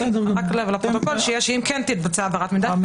רק לפרוטוקול, אם תתבצע העברת מידע.